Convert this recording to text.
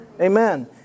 Amen